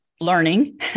learning